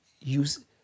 use